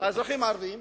האזרחים הערבים,